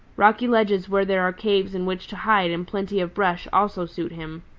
rocky ledges where there are caves in which to hide and plenty of brush also suit him.